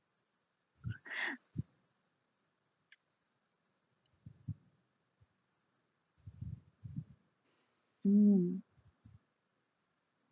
mm